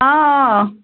آ آ آ